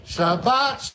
Shabbat